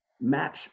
match